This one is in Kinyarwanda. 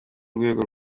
rwego